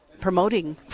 promoting